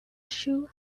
shoe